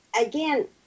again